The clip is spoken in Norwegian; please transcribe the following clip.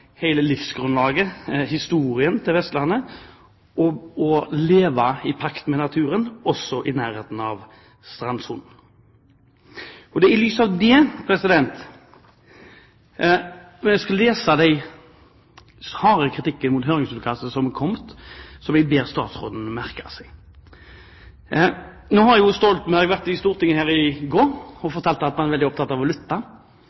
hele livsgrunnlaget og Vestlandets historie – det å leve i pakt med naturen også i nærheten av strandsonen. Det er i lys av det jeg skal lese den harde kritikken mot høringsutkastet som er kommet, og som jeg ber statsråden merke seg. Nå var statsminister Stoltenberg i Stortinget i går og fortalte at man var veldig opptatt av å lytte.